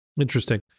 Interesting